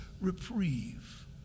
reprieve